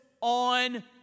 on